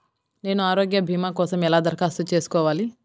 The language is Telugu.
నేను ఆరోగ్య భీమా కోసం ఎలా దరఖాస్తు చేసుకోవాలి?